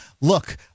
Look